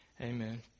Amen